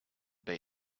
bay